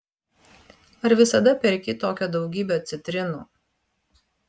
ar visada perki tokią daugybę citrinų